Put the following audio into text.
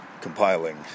compiling